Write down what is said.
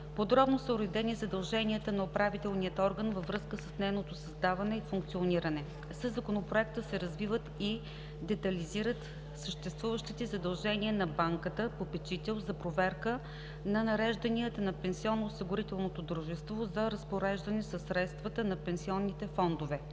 Подробно са уредени задълженията на управителния орган във връзка с нейното създаване и функциониране. Със Законопроекта се развиват и детайлизират съществуващите задължения на банката попечител за проверка на нарежданията на пенсионноосигурителното дружество за разпореждане със средствата на пенсионните фондове.